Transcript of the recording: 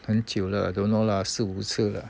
很久了 don't know lah 四五次了